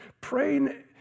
Praying